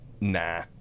Nah